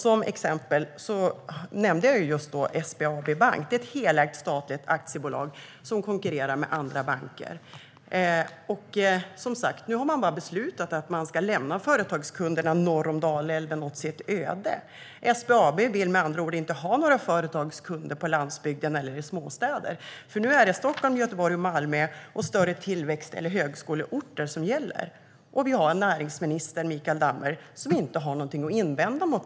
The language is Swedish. Som exempel nämnde jag just SBAB Bank, ett helägt statligt aktiebolag som konkurrerar med andra banker. Nu har man bara beslutat att man ska lämna företagskunderna norr om Dalälven åt sitt öde. SBAB vill med andra ord inte ha några företagskunder på landsbygden eller i småstäder; nu är det Stockholm, Göteborg och Malmö och större tillväxt eller högskoleorter som gäller. Näringsminister Mikael Damberg har ingenting att invända.